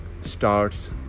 starts